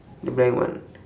the blank one